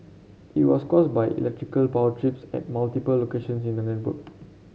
it was caused by electrical power trips at multiple locations in the network